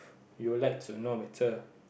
you'll like to know better